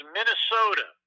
Minnesota